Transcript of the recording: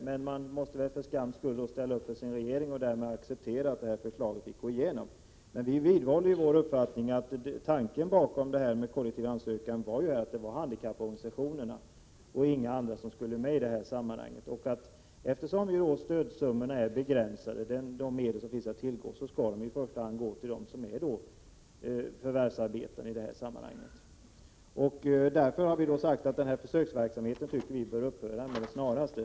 Men man måste väl för skams skull ställa upp för sin regering och därmed acceptera att detta förslag fick gå igenom. Men vi vidhåller vår uppfattning att tanken bakom detta med kollektiv ansökan var att handikapporganisationerna och inga andra skulle med i det här sammanhanget. Eftersom de medel som finns att tillgå är begränsade, skall de i första hand gå till dem som är förvärvsarbetande. Därför har vi sagt att vi tycker att denna försöksverksamhet bör upphöra med det snaraste.